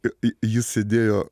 jis sėdėjo